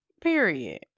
period